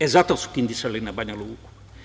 E, zato su kidisali na Banjaluku.